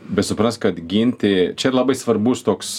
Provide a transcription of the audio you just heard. bet suprask kad ginti čia ir labai svarbus toks